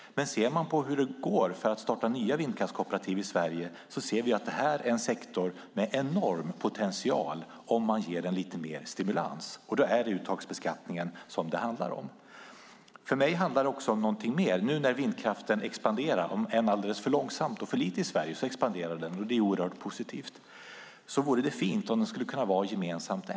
Tittar vi på hur det går när det gäller att starta nya vindkraftskooperativ i Sverige ser vi dock att detta är en sektor med enorm potential - om vi ger den lite mer stimulans. Då är det uttagsbeskattningen det handlar om. För mig handlar det också om någonting mer. Nu när vindkraften expanderar - även om det sker alldeles för långsamt och för lite i Sverige expanderar den, och det är oerhört positivt - vore det fint om den kunde vara gemensamt ägd.